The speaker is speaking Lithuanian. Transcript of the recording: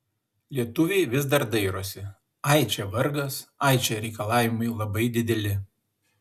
lietuviai vis dar dairosi ai čia vargas ai čia reikalavimai labai dideli